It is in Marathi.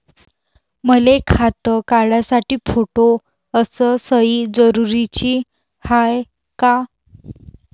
मले खातं काढासाठी फोटो अस सयी जरुरीची हाय का?